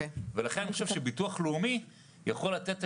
לכן אני חושב שהביטוח הלאומי יכול לתת את